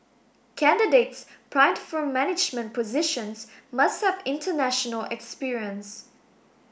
candidates primed for management positions must have international experience